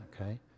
okay